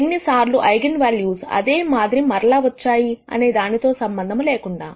ఎన్నిసార్లు eigen values అదే మాదిరి మరల వచ్చాయి అనేదానితో సంబంధము లేకుండా